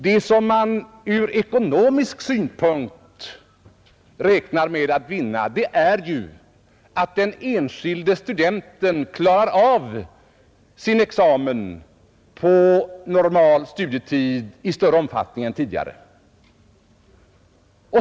Det som man ur ekonomisk synpunkt räknar med att vinna är ju att de enskilda studenterna klarar av sina examina på normal studietid i större omfattning än tidigare.